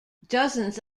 dozens